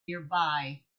nearby